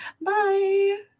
Bye